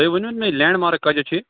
تُہۍ ؤنِو مےٚ لیٚنٛڈ مارک کَتتھ چھُ